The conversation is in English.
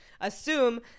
assume